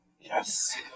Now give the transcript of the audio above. Yes